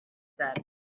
said